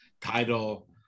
title